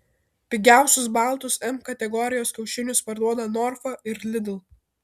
pigiausius baltus m kategorijos kiaušinius parduoda norfa ir lidl